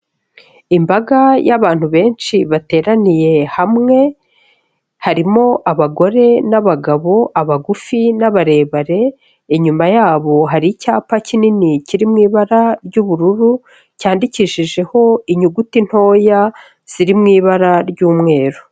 Imbaga y'abantu benshi bateraniye hamwe, harimo abagore n'abagabo, abagufi n'abarebare, inyuma yabo hari icyapa kinini kiri mu ibara ry'ubururu, cyandikishijeho inyuguti ntoya ziri mu ibara ry'umweru.